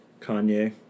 Kanye